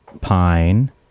Pine